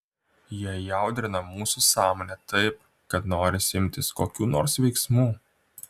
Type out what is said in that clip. jie įaudrina mūsų sąmonę taip kad norisi imtis kokių nors veiksmų